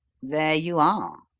there you are.